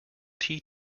tea